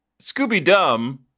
Scooby-Dum